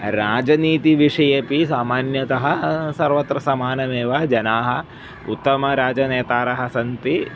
राजनीतिविषयेपि सामान्यतः सर्वत्र समानमेव जनाः उत्तमराजनेतारः सन्ति